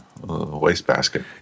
wastebasket